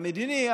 המדיני,